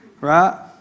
right